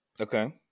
Okay